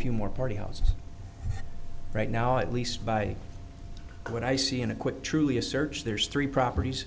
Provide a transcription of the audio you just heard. few more party houses right now at least by what i see in a quit truly a search there's three properties